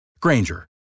Granger